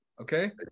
Okay